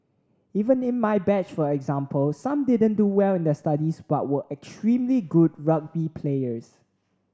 even in my batch for example some didn't do well in their studies but were extremely good rugby players